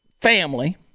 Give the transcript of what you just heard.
family